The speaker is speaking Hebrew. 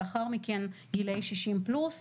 לאחר מכן גילאי 60 פלוס,